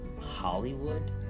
Hollywood